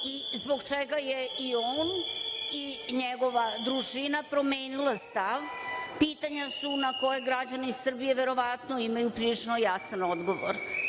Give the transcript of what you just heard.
i zbog čega je i on i njegova družina promenila stav, pitanja su na koja građani Srbije verovatno imaju prilično jasan odgovor.